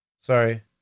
Sorry